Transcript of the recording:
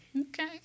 Okay